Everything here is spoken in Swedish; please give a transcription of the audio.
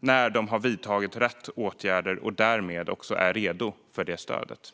när de har vidtagit rätt åtgärder och därmed också är redo för stödet.